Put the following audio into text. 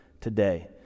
today